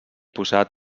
posat